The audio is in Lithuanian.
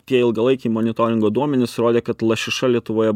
tie ilgalaikiai monitoringo duomenys rodė kad lašiša lietuvoje